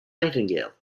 nightingale